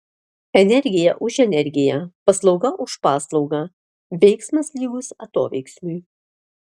energija už energiją paslauga už paslaugą veiksmas lygus atoveiksmiui